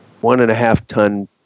one-and-a-half-ton